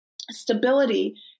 stability